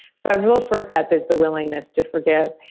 that real first step is the willingness to forgive.